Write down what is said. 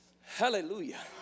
hallelujah